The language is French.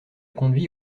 conduit